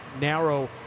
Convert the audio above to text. narrow